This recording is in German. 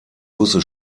busse